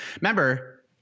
Remember